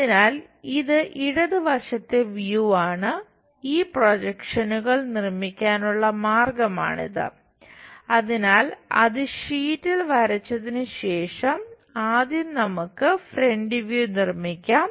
അതിനാൽ ഇത് ഇടത് വശത്തെ വ്യൂ നിർമ്മിക്കാം